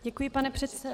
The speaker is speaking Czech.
Děkuji, pane předsedo.